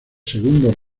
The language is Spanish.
segundos